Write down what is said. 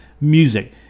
music